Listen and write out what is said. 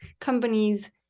companies